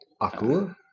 Aku